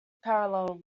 parallel